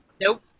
nope